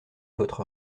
votre